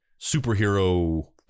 superhero